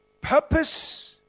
purpose